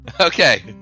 Okay